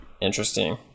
interesting